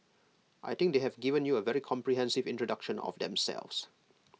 I think they have given you A very comprehensive introduction of themselves